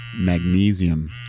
magnesium